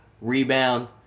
rebound